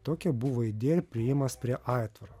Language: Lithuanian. tokia buvo idėja priėjimas prie aitvaro